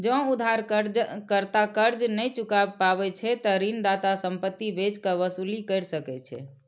जौं उधारकर्ता कर्ज नै चुकाय पाबै छै, ते ऋणदाता संपत्ति बेच कें वसूली कैर सकै छै